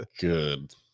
Good